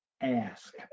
ask